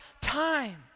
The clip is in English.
time